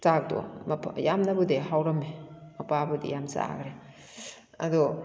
ꯆꯥꯛꯇꯣ ꯌꯥꯝꯅꯕꯨꯗꯤ ꯍꯥꯎꯔꯝꯃꯤ ꯃꯄꯥꯕꯨꯗꯤ ꯌꯥꯝ ꯆꯥꯈ꯭ꯔꯦ ꯑꯗꯣ